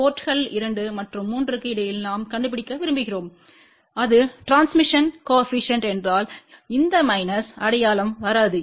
போர்ட்ங்கள் 2 மற்றும் 3 க்கு இடையில் நாம் கண்டுபிடிக்க விரும்புகிறோம் அது டிரான்ஸ்மிஷன்க் கோஏபிசிஎன்ட் என்றால் இந்த மைனஸ் அடையாளம் வராது